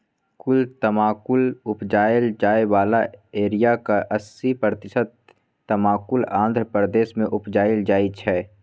कुल तमाकुल उपजाएल जाइ बला एरियाक अस्सी प्रतिशत तमाकुल आंध्र प्रदेश मे उपजाएल जाइ छै